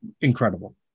incredible